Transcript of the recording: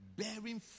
bearing